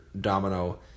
domino